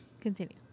Continue